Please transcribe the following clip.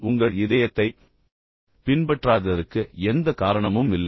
உங்கள் இதயத்தைப் பின்பற்றாததற்கு எந்த காரணமும் இல்லை